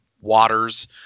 waters